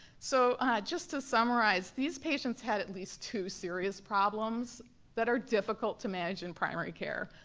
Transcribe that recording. so just to summarize, these patients had at least two serious problems that are difficult to manage in primary care.